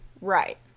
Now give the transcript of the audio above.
Right